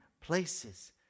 places